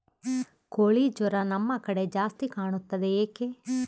ಕೋಳಿ ಜ್ವರ ನಮ್ಮ ಕಡೆ ಜಾಸ್ತಿ ಕಾಣುತ್ತದೆ ಏಕೆ?